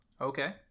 okay